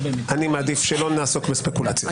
מעדיף שלא נעסוק בספקולציות.